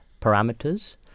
parameters